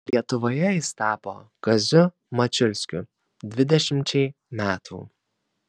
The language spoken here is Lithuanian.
lietuvoje jis tapo kaziu mačiulskiu dvidešimčiai metų